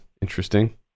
Interesting